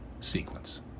sequence